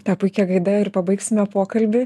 ta puikia gaida ir pabaigsime pokalbį